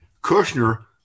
Kushner